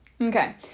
Okay